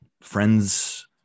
friends